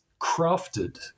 crafted